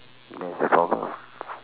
that's the problem